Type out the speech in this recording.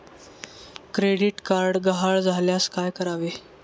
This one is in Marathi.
क्रेडिट कार्ड गहाळ झाल्यास काय करावे?